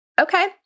Okay